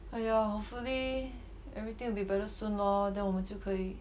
!haiya! hopefully everything will be better soon lor then 我们就可以